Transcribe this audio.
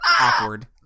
awkward